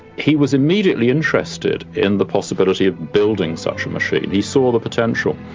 he was immediately interested in the possibility of building such a machine, he saw the potential.